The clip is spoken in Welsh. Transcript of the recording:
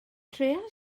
trïa